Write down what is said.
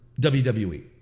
WWE